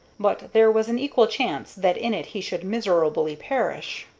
but there was an equal chance that in it he should miserably perish.